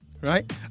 right